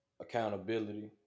accountability